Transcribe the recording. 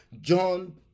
John